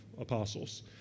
apostles